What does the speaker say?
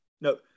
No